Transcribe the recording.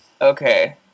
Okay